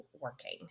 working